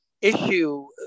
issue